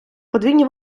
подвійні